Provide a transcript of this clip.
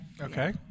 Okay